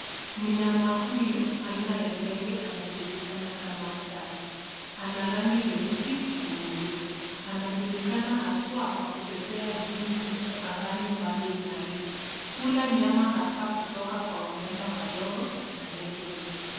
Mnyama huyu aina ya ndege anajulikana kama tai. Ana rangi nyeusi na nyeupe. Anajulikana haswa kwa kupepea juu angali mbali zaidi. Hula nyama hasa kutoka kwa wanyama wadogo na ndege wengine.